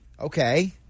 Okay